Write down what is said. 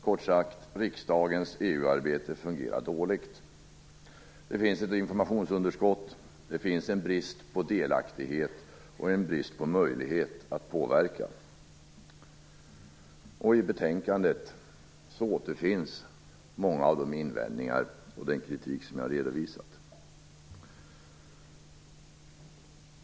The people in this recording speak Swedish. Kort sagt: Riksdagens EU-arbete fungerar dåligt. Det finns ett informationsunderskott, en brist på delaktighet och en brist på möjlighet att påverka. I betänkandet återfinns också många av de invändningar och den kritik som jag redovisat.